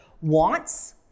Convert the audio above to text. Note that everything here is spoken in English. wants